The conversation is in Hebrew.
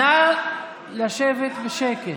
נא לשבת בשקט.